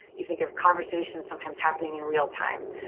you think of conversations sometimes happening in real time.